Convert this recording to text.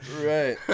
right